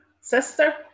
sister